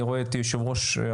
אני רואה את יושב ראש,